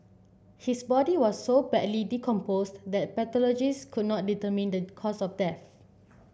his body was so badly decomposed that pathologists could not determine the cause of death